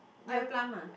you have plum ah